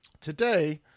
today